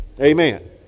Amen